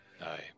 Aye